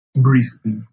Briefly